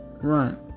run